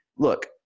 Look